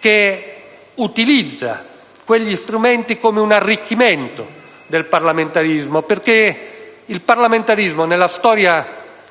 che intende quegli strumenti come un arricchimento del parlamentarismo, perché il parlamentarismo nella sua